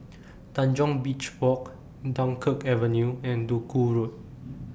Tanjong Beach Walk Dunkirk Avenue and Duku Road